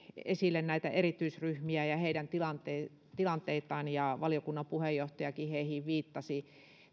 esille näitä erityisryhmiä ja heidän tilanteitaan ja valiokunnan puheenjohtajakin heihin viittasi